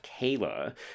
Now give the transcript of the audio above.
Kayla